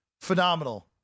phenomenal